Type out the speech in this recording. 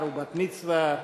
בר ובת מצווה,